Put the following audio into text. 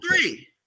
three